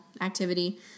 activity